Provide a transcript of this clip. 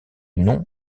nom